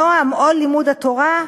נועם עול לימוד התורה,